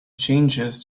changes